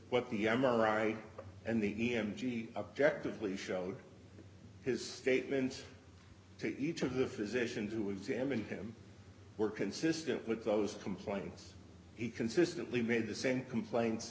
what the m r i and the e m g objective lee showed his statements to each of the physicians who examined him were consistent with those complaints he consistently made the same complain